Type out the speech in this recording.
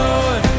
Lord